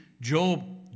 Job